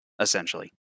essentially